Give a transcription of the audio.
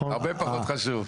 הרבה פחות חשוב.